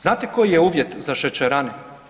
Znate koji je uvjet za šećerane?